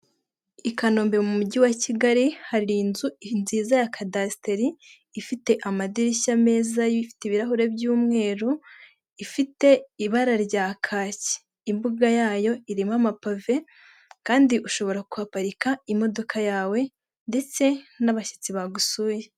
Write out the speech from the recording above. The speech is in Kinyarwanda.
I Kanombe mu mujyi wa Kigali hari inzu nziza ya kadasiteri, ifite amadirishya meza, ifite ibirahure by'umweru, ifite ibara rya kacyi. Imbuga yayo irimo amapave kandi ushobora kuhaparika imodoka yawe ndetse n'abashyitsi bagusuye.